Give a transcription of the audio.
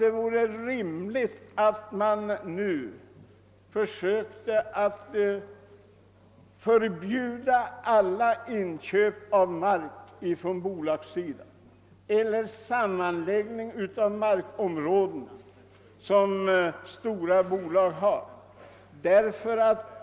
Det vore rimligt att man nu försökt förbjuda alla inköp av mark från bolagens sida eller att stora bolag slår samman sina markområden.